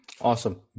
Awesome